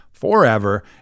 Forever